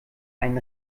allen